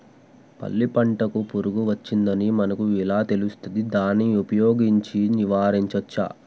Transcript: పల్లి పంటకు పురుగు వచ్చిందని మనకు ఎలా తెలుస్తది దాన్ని ఉపయోగించి నివారించవచ్చా?